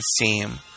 seem